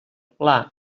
pla